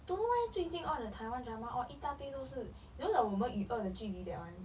don't know eh 最近 eh all the taiwan drama or 一大堆都是 you know the 我们与恶的距离 that [one]